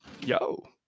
yo